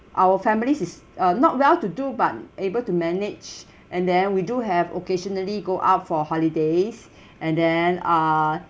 our family is uh not well-to-do but able to manage and then we do have occasionally go out for holidays and then uh